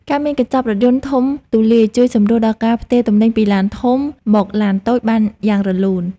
ការមានចំណតរថយន្តធំទូលាយជួយសម្រួលដល់ការផ្ទេរទំនិញពីឡានធំមកឡានតូចបានយ៉ាងរលូន។